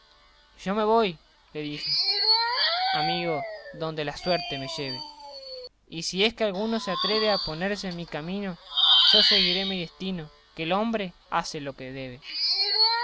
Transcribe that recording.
yo me voy le dije amigo donde la suerte me lleve y si es que alguno se atreve a ponerse en mi camino yo seguiré mi destino que el hombre hace lo que debe